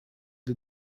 для